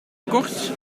kort